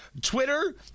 Twitter